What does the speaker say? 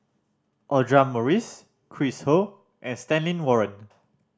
Audra Morrice Chris Ho and Stanley Warren